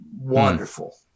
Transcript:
wonderful